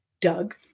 Doug